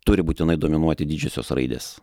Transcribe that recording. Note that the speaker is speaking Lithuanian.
turi būtinai dominuoti didžiosios raidės